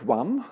one